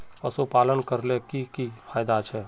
पशुपालन करले की की फायदा छे?